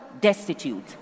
destitute